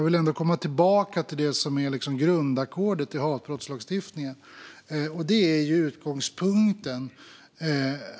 Låt mig återvända till det som är grundackordet i hatbrottslagstiftningen.